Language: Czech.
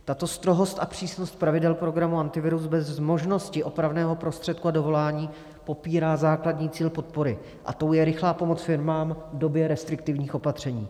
Tato strohost a přísnost pravidel programu Antivirus bez možnosti opravného prostředku a dovolání popírá základní cíl podpory, a tím je rychlá pomoc firmám v době restriktivních opatření.